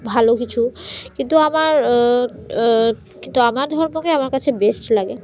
ভালো কিছু কিন্তু আমার কিন্তু আমার ধর্মকেই আমার কাছে বেস্ট লাগে